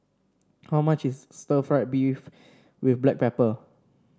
how much is Stir Fried Beef with Black Pepper